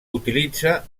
utilitza